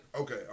Okay